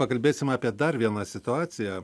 pakalbėsim apie dar vieną situaciją